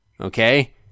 Okay